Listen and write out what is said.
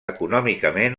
econòmicament